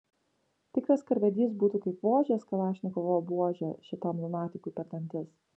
tikras karvedys būtų kaip vožęs kalašnikovo buože šitam lunatikui per dantis